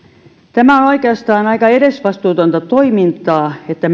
tämä on oikeastaan aika edesvastuutonta toimintaa että